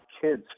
kids